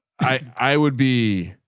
i would be,